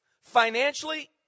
financially